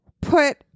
put